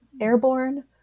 airborne